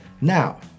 Now